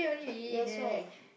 yes why